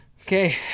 Okay